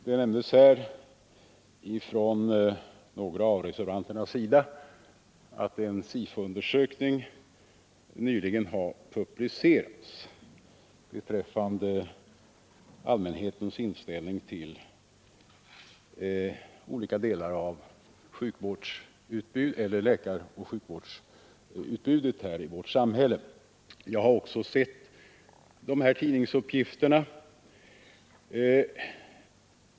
Det nämndes av några av reservanterna att en SIFO-undersökning nyligen har publicerats beträffande allmänhetens inställning till olika delar av läkaroch sjukvårdsutbudet i vårt samhälle. Jag har också sett dessa tidningsuppgifter.